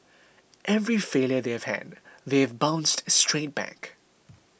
every failure they have had they have bounced straight back